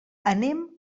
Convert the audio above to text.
anem